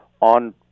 on